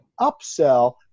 upsell